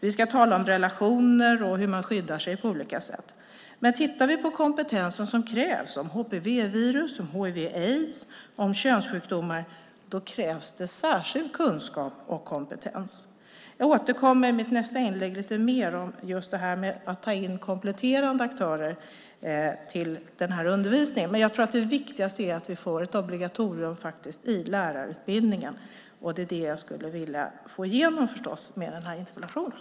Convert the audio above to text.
Vi ska tala om relationer och hur man skyddar sig på olika sätt. Men det krävs särskild kunskap och kompetens när det gäller HPV-virus, hiv/aids och könssjukdomar. Jag återkommer i mitt nästa inlägg lite mer till just detta om att ta in kompletterande aktörer till undervisningen. Men jag tror att det viktigaste ändå är att vi får ett obligatorium i lärarutbildningen. Det är förstås det jag skulle vilja få igenom med interpellationen.